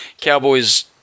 Cowboys